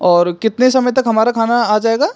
और कितने समय तक हमारा खाना आ जाएगा